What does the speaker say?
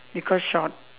because short